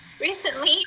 recently